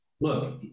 look